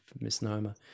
misnomer